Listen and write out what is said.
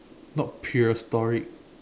not prehistoric